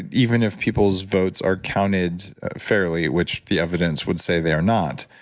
even if people's votes are counted fairly, which the evidence would say they're not,